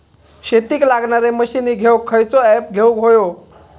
शेतीक लागणारे मशीनी घेवक खयचो ऍप घेवक होयो?